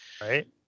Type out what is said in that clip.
right